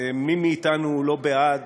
ומי מאתנו לא בעד